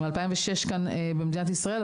הוא מ-2006 כאן במדינת ישראל.